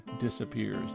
disappears